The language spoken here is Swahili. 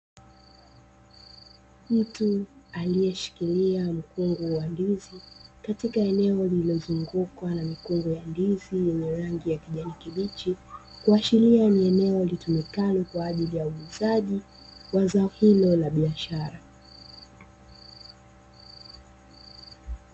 Mtu aliyeshikilia mkungu wa ndizi katika eneo lililozungukwa na mikungu ya ndizi yenye rangi ya kijani kibichi, kuashiria kuwa ni eneo litumikalo kwa ajili ya uuzaji wa zao hilo la biashara.